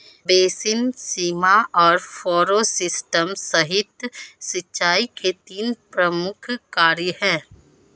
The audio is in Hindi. बेसिन, सीमा और फ़रो सिस्टम सतही सिंचाई के तीन प्रमुख प्रकार है